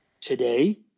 Today